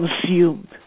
consumed